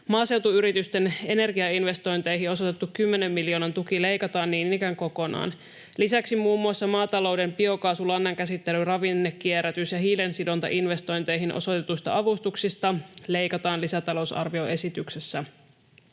Maaseutuyritysten energiainvestointeihin osoitettu 10 miljoonan tuki leikataan niin ikään kokonaan. Lisäksi muun muassa maatalouden biokaasulannan käsittely-, ravinne-, kierrätys- ja hiilensidontainvestointeihin osoitetuista avustuksista leikataan lisätalousarvioesityksessä.